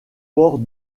port